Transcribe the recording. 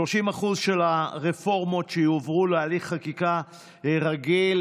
30% מהרפורמות יועברו להליך חקיקה רגיל,